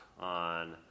on